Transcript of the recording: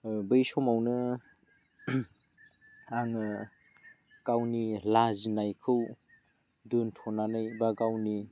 बै समावनो आङो गावनि लाजिनायखौ दोन्थ'नानै बा गावनि